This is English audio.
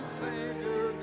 Savior